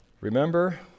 Remember